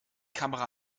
kamera